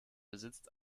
besitzt